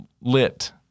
lit